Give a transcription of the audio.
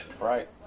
right